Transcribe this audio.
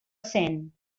cent